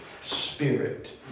spirit